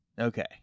Okay